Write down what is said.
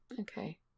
Okay